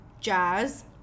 Jazz